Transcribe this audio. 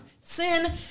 sin